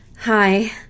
Hi